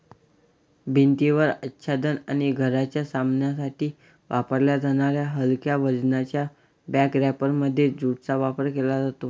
भिंतीवर आच्छादन आणि घराच्या सामानासाठी वापरल्या जाणाऱ्या हलक्या वजनाच्या बॅग रॅपरमध्ये ज्यूटचा वापर केला जातो